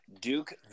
Duke